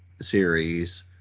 series